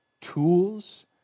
tools